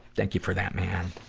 thank you for that, man.